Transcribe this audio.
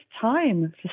time